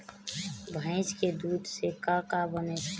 भइस के दूध से का का बन सकेला?